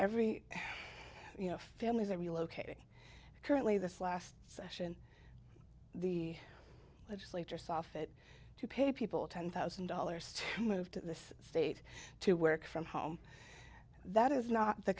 every you know families are relocating currently this last session the legislature saw fit to pay people ten thousand dollars to move to this state to work from home that is not the